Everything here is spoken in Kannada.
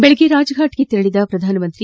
ಬೆಳಗ್ಗೆ ರಾಜ್ಫಾಟ್ಗೆ ತೆರಳಿದ ಪ್ರಧಾನಮಂತ್ರಿ